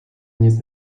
nic